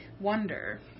wonder